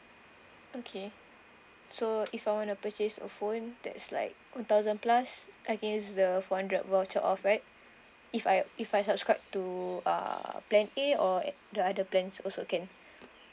okay so if I want to purchase a phone that's like one thousand plus I can use the four hundred voucher off right if I have if I subscribe to uh plan A or the other plans also can